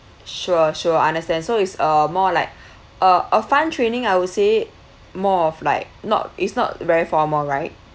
sure sure I understand so it's uh more like a a fun training I would say more of like not it's not very formal right